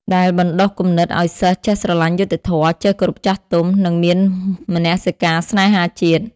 ដែលបណ្ដុះគំនិតឱ្យសិស្សចេះស្រលាញ់យុត្តិធម៌ ចេះគោរពចាស់ទុំ និងមានមនសិការស្នេហាជាតិ។